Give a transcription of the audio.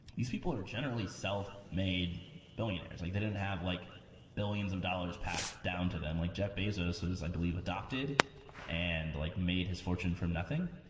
these people are generally self-made billionaires. like they didn't have like billions of dollars passed down to them, like jeff bezos was, i believe, adopted and like made his fortune from nothing.